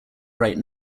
right